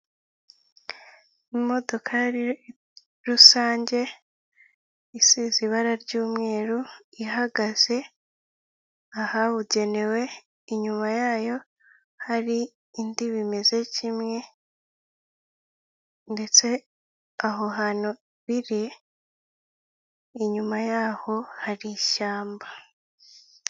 Imodoka yari rusange, isize ibara ry'umweru ihagaze ahabugenewe. Inyuma yayo hari indi bimeze kimwe, ndetse aho hantu biri inyuma yaho hari ishyamba.